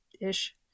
ish